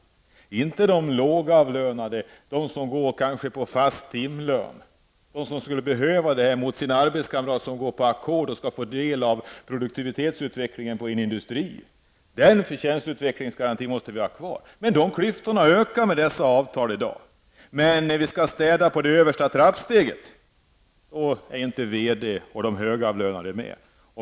Det har inte varit de lågavlönade, som arbetar på fast timlön och som skulle behöva förtjänstutvecklingsgarantin för att, såsom de arbetskamrater som går på ackord, få del av produktivitetsutvecklingen i industrin. Den förtjänstutvecklingsgarantin måste vi ha kvar. Klyftorna ökar med de avtal vi har i dag. Däremot skall vi städa på det översta trappsteget. Då blir inte verkställande direktörer och andra högavlönade med.